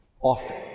often